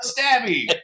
stabby